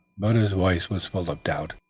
but his voice was full of doubt.